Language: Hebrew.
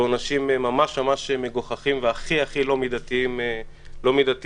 בעונשים ממש ממש מגוחכים והכי הכי לא מידתיים שיש.